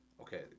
Okay